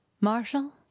Marshall